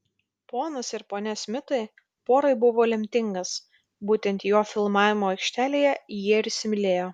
ponas ir ponia smitai porai buvo lemtingas būtent jo filmavimo aikštelėje jie ir įsimylėjo